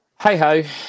hey-ho